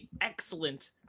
excellent